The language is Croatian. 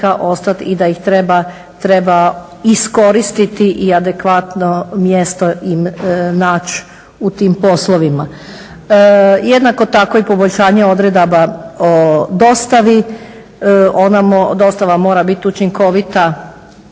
ostat i da ih treba iskoristiti i adekvatno mjesto im naći u tim poslovima. Jednako tako i poboljšanje odredaba o dostavi, ona mora, dostava mora biti učinkovita